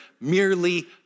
merely